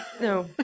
No